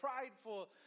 prideful